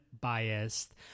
biased